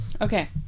Okay